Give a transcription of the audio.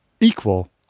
equal